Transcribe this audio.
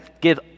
give